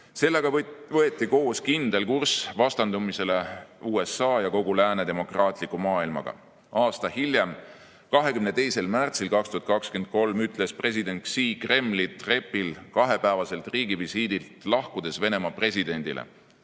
Sellega võeti koos kindel kurss vastandumisele USA ja kogu lääne demokraatliku maailmaga. Aasta hiljem, 22. märtsil 2023 ütles president Xi Kremli trepil kahepäevaselt riigivisiidilt lahkudes Venemaa presidendile: